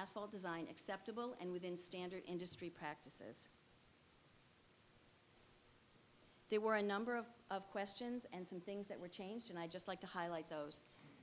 asphalt design acceptable and within standard industry practices there were a number of questions and some things that were changed and i just like to highlight those